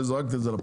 זרקתי את זה לפח.